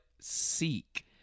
seek